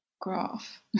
graph